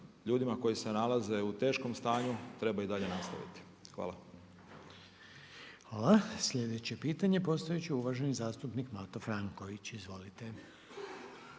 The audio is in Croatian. ljudima koji se nalaze u teškom stanju treba i dalje nastaviti. Hvala. **Reiner, Željko (HDZ)** Hvala. Sljedeće pitanje postaviti će uvaženi zastupnik Mato Franković. Izvolite.